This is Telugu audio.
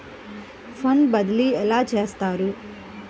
ఫండ్ బదిలీ ఎలా చేస్తారు?